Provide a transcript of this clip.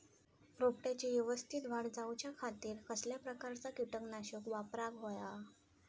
रोपट्याची यवस्तित वाढ जाऊच्या खातीर कसल्या प्रकारचा किटकनाशक वापराक होया?